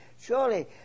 surely